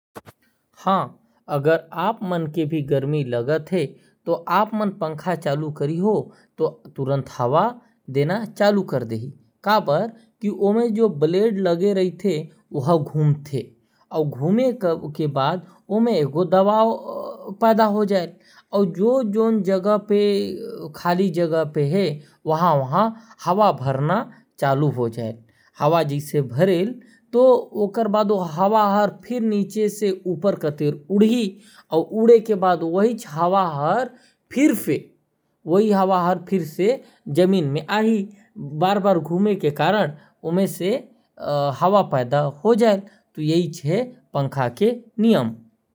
हां अगर आप मन के भी गर्मी लगत है तो आप मन जैसे पंखा चालू करीहा ओहर हवा देना चालू कर देही। पंखा में ब्लेड लगल रहेल जैसे ओहार घुमेल तो हवा देना चालू कर देहल।